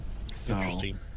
Interesting